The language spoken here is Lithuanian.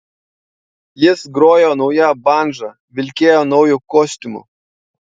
jis grojo nauja bandža vilkėjo nauju kostiumu